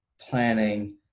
planning